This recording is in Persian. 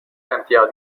امتیاز